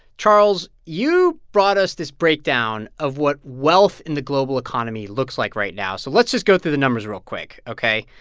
charles, you brought us this breakdown of what wealth in the global economy looks like right now. so let's just go through the numbers real quick, ok?